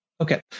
Okay